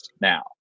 now